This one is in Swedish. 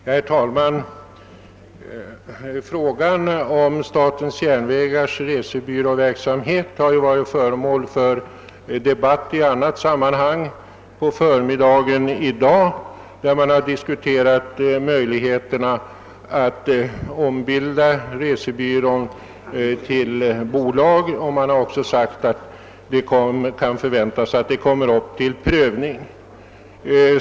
Herr talman! Frågan om statens järnvägars resebyråverksamhet har ju på förmiddagen i dag varit föremål för debatt i annat sammanhang, varvid möjligheterna att ombilda resebyrån till bolag diskuterats. Det har också sagts att det kan förväntas att saken kommer upp till prövning.